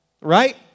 Right